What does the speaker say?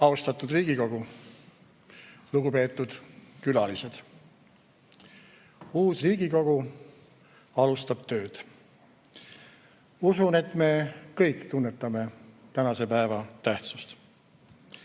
Austatud Riigikogu! Lugupeetud külalised! Uus Riigikogu alustab tööd. Usun, et me kõik tunnetame tänase päeva tähtsust.